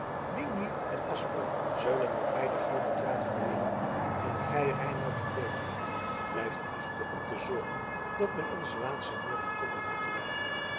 ligny en asperen zullen met mij den gouden draad verweren en gij reinout en deodaat blijft achter om te zorgen dat men onze laatste moorenkoppen niet roove